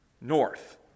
north